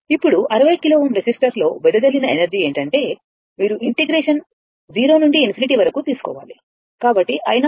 ఇప్పుడు 60 కిలోΩ రెసిస్టర్లో వెదజల్లిన ఎనర్జీ ఏమిటంటే మీరు ఇంటిగ్రేషన్ 0 నుండి ∞ వరకు తీసుకోవాలి కాబట్టి i02 xR